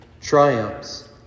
triumphs